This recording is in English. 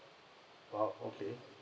!wow! okay